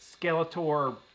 Skeletor